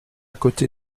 côté